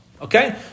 Okay